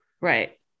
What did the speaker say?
Right